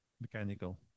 Mechanical